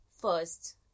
first